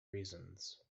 reasons